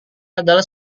adalah